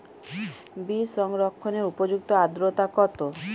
বীজ সংরক্ষণের উপযুক্ত আদ্রতা কত?